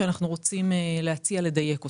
ואנחנו רוצים להציע לדייק אותו.